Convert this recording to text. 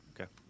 Okay